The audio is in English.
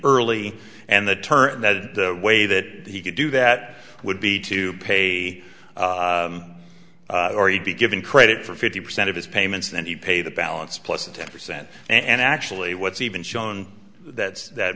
early and the term the way that he could do that would be to pay or he'd be given credit for fifty percent of his payments and you pay the balance plus a ten percent and actually what's even shown that that